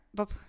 dat